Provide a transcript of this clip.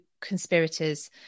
conspirators